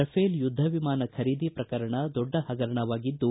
Rafale ಯುದ್ದ ವಿಮಾನ ಖರೀದಿ ಪ್ರಕರಣ ದೊಡ್ಡ ಹಗರಣವಾಗಿದ್ದು